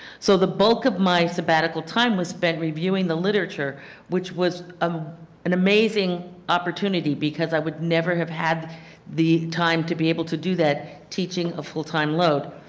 so the bulk of my sabbatical time was but reviewing the literature which was um an amazing opportunity because i would never have had the time to be able to do that teaching a full time load.